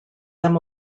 them